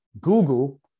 Google